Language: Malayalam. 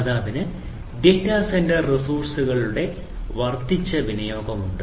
ദാതാവിന് ഡാറ്റാ സെന്റർ റിസോഴ്സ്സ്കളുടെ വർദ്ധിച്ച വിനിയോഗം ഉണ്ട്